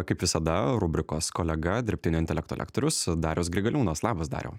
kaip visada rubrikos kolega dirbtinio intelekto lektorius darius grigaliūnas labas dariau